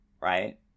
right